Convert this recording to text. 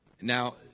Now